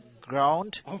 ground